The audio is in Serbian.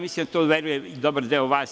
Mislim da u to veruje i dobar deo vas.